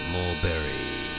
Mulberry